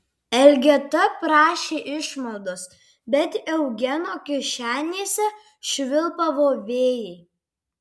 elgeta prašė išmaldos bet eugeno kišenėse švilpavo vėjai